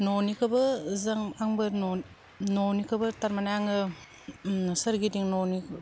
न'निखौबो जों आंबो न' न'निखौबो थारमाने आङो सोरगिदिं न'नि